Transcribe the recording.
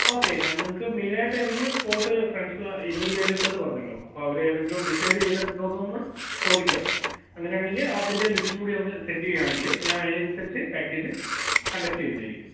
okay നിങ്ങള്ക്ക് മെയിനായിട്ട് എന്തെങ്കിലും സ്പോട്ട് ഫ്രണ്ട്സ് ഇരുപത് പേരുണ്ടെന്ന് പറഞ്ഞുവല്ലോ അപ്പോള് അവര് ഏതെങ്കിലും ഡിസൈഡ് ചെയ്തിട്ടുണ്ടോയെന്ന് ചോദിക്കുക അങ്ങനെയാണെങ്കില് അതിൻ്റെ ലിസ്റ്റും കൂടി ഒന്ന് സെൻഡ് ചെയ്യുകയാണെങ്കില് ഞാന് അതിനനുസരിച്ച് പാക്കേജ് കണ്ടക്ട് ചെയ്യുന്നതായിരിക്കും